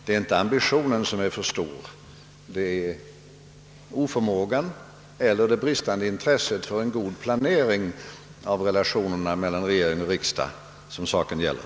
Det är inte ambitionen som är för stor; det är oförmågan eller det bristande intresset för en god planering av relationerna mellan regering och riksdag som saken gäller.